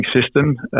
system